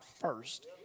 first